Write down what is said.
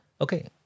Okay